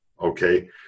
Okay